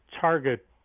target